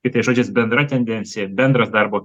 kitais žodžiais bendra tendencija bendras darbo